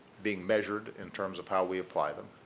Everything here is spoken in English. being measured in terms of how we apply them,